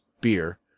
beer